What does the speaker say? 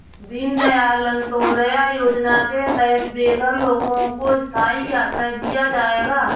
दीन दयाल अंत्योदया योजना के तहत बेघर लोगों को स्थाई आश्रय दिया जाएगा